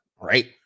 right